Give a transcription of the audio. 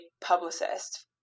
publicist